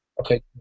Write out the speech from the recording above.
okay